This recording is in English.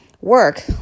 work